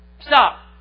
Stop